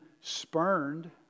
spurned